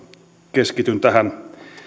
keskityn tähän